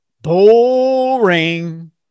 Boring